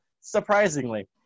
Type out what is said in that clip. surprisingly